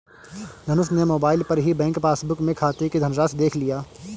धनुष ने मोबाइल पर ही बैंक पासबुक में खाते की धनराशि देख लिया